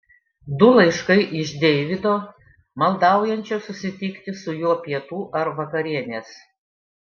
du laiškai iš deivido maldaujančio susitikti su juo pietų ar vakarienės